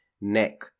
neck